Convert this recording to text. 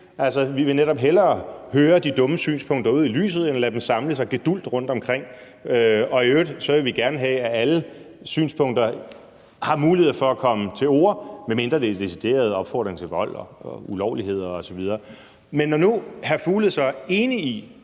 altså at man netop hellere vil høre de dumme synspunkter ude i lyset end lade den samle sig gedulgt rundtomkring, og at man i øvrigt gerne vil have, at alle synspunkter har mulighed for at komme til orde, medmindre det er en decideret opfordring til vold og ulovligheder osv. Men når nu hr. Mads Fuglede så er enig i,